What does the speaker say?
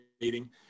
meeting